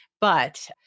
But-